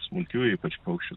smulkių ypač paukščių